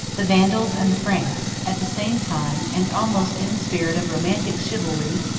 the vandals and the franks, at the same time, and almost in the spirit of romantic chivalry,